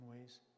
ways